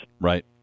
Right